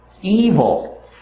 evil